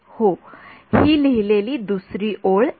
विद्यार्थी हो मी लिहिलेली दुसरी ओळ एक्स